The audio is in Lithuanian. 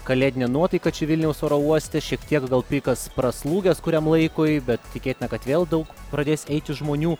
kalėdinė nuotaika čia vilniaus oro uoste šiek tiek gal pikas praslūgęs kuriam laikui bet tikėtina kad vėl daug pradės eiti žmonių